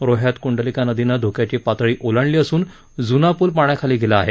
रोहयात कुंडलिका नदीनं धोक्याची पातळी औंलांडली असून जूना पूल पाण्याखाली गेला आहे